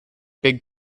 big